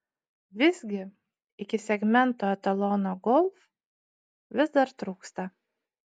visgi iki segmento etalono golf vis dar trūksta